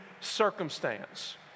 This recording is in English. circumstance